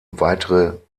weitere